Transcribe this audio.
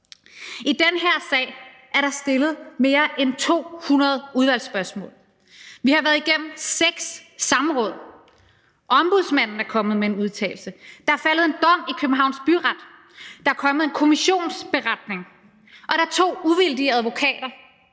I den her sag er der stillet mere end 200 udvalgsspørgsmål. Vi har været igennem seks samråd. Ombudsmanden er kommet med en udtalelse. Der er faldet en dom i Københavns Byret. Der er kommet en kommissionsberetning. Og der er to uvildige advokater,